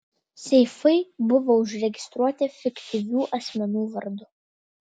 seifai buvo užregistruoti fiktyvių asmenų vardu